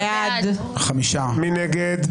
מי נגד?